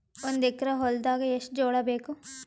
ಒಂದು ಎಕರ ಹೊಲದಾಗ ಎಷ್ಟು ಜೋಳಾಬೇಕು?